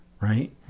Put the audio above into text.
right